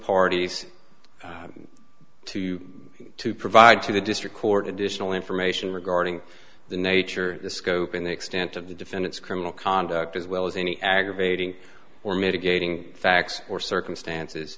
parties to to provide to the district court additional information regarding the nature the scope and extent of the defendant's criminal conduct as well as any aggravating or mitigating facts or circumstances